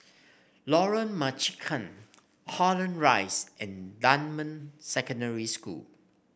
Lorong Marican Holland Rise and Dunman Secondary School